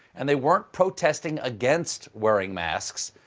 and they weren't protesting against wearing masks.